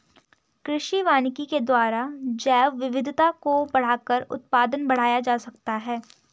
कृषि वानिकी के द्वारा जैवविविधता को बढ़ाकर उत्पादन बढ़ाया जा सकता है